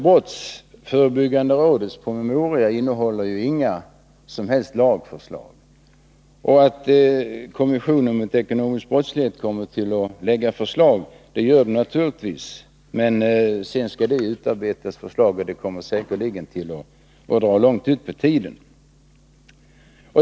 Brottsförebyggande rådets promemoria innehåller inga som helst lagförslag. Kommissionen mot ekonomisk brottslighet kommer naturligtvis att framlägga förslag, men sedan skall de behandlas, och det kommer säkerligen att dra långt ut på tiden.